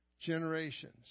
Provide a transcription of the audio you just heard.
generations